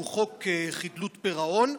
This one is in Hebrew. שהוא חוק חדלות פירעון,